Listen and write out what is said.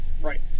right